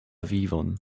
vivon